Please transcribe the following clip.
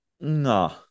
nah